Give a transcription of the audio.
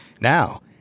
Now